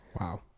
Wow